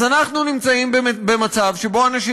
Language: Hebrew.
אז אנחנו נמצאים באמת במצב שבו אנשים